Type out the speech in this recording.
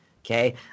Okay